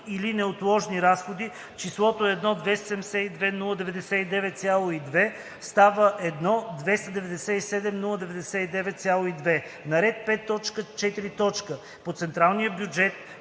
и/или неотложни разходи“ числото „1 272 099,2“ става „1 297 099,2“. - на ред 5.4. „По централния бюджет